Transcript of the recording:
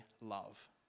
love